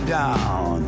down